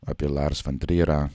apie lars van tryrą